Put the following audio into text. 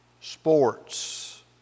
sports